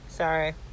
sorry